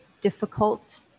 difficult